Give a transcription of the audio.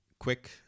quick